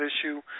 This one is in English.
issue